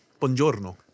buongiorno